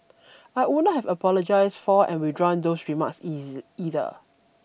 I would not have apologised for and withdrawn those remarks easy either